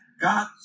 God